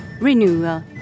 renewal